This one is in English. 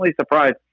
surprised